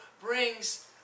brings